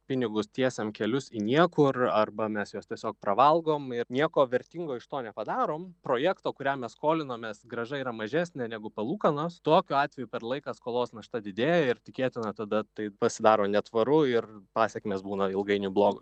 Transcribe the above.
pinigus tiesiam kelius į niekur arba mes juos tiesiog pravalgom ir nieko vertingo iš to nepadarom projekto kuriam mes skolinomės grąža yra mažesnė negu palūkanos tokiu atveju per laiką skolos našta didėja ir tikėtina tada tai pasidaro netvaru ir pasekmės būna ilgainiui blogo